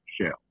shell